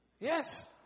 Yes